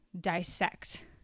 dissect